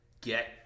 get